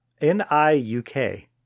N-I-U-K